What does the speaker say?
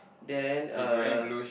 then uh